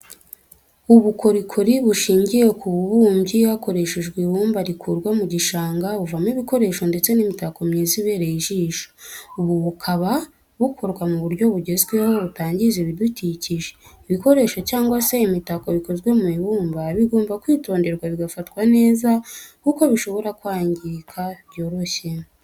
Ubukorikori bushingiye ku bubumbyi hakoreshejwe ibumba rikurwa mu gishanga buvamo ibikoresho ndetse n'imitako myiza ibereye ijisho, ubu bukaba bukorwa mu buryo bugezweho butangiza ibidukikije, ibikoresho cyangwa se imitako bikozwe mu ibumba bigomba kwitonderwa bigafatwa neza kuko bishobora kwangirika byoroshye.